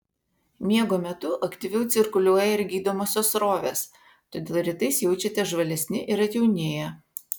miego metu aktyviau cirkuliuoja ir gydomosios srovės todėl rytais jaučiatės žvalesni ir atjaunėję